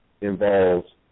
involves